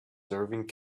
serving